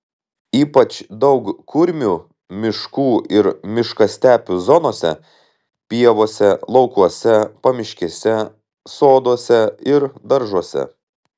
ypač daug kurmių miškų ir miškastepių zonose pievose laukuose pamiškėse soduose ir daržuose